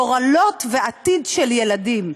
גורלות ועתיד של ילדים,